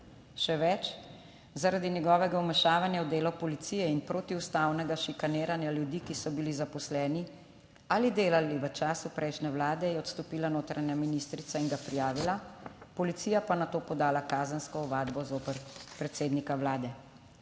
Še več, zaradi njegovega vmešavanja v delo policije in protiustavnega šikaniranja ljudi, ki so bili zaposleni ali delali v času prejšnje vlade je odstopila notranja ministrica in ga prijavila, policija pa nato podala kazensko ovadbo zoper predsednika Vlade.